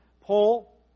poll